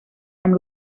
amb